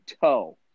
toe